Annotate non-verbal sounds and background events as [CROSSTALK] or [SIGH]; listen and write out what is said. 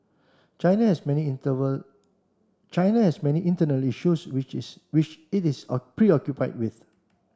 China has many [UNINTELLIGIBLE] China has many internal issues which is which it is a preoccupied with